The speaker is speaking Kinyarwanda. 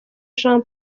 jean